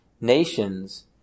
nations